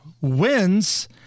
wins